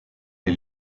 les